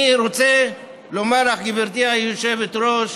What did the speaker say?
אני רוצה לומר לך, גברתי היושבת-ראש,